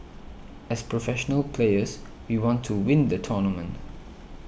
as professional players we want to win the tournament